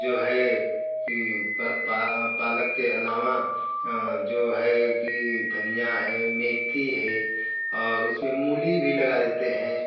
जो है कि पालक के अलावा जो है कि धनिया है मेथी है और उस में मूली भी लगा देते हैं